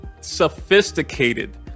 sophisticated